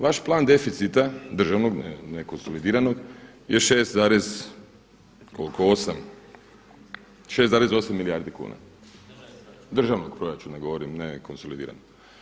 Vaš plan deficita državnog, ne konsolidiranog je 6,8 milijardi kuna državnog proračuna govorim, ne konsolidiranog.